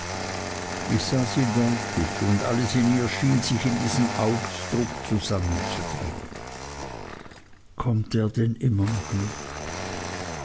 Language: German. ich sah sie deutlich und alles in ihr schien sich in diesem ausdruck zusammenzudrängen kommt er denn noch immer nicht